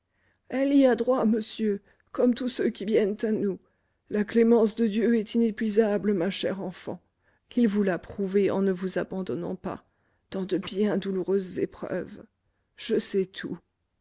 elle y a droit monsieur comme tous ceux qui viennent à nous la clémence de dieu est inépuisable ma chère enfant il vous l'a prouvé en ne vous abandonnant pas dans de bien douloureuses épreuves je sais tout